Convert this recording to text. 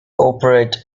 operate